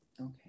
Okay